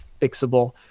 fixable